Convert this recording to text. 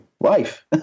life